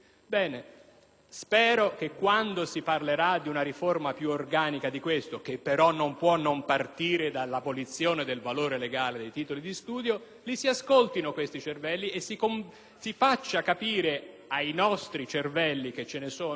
spero che quando si parlerà di una riforma più organica di questa - che però non può non partire dall'abolizione del valore legale dei titoli di studio - si ascoltino questi cervelli e si faccia capire ai nostri cervelli (e ce ne sono in Italia)